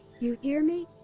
you hear me?